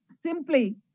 Simply